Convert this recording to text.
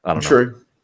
True